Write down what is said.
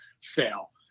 sale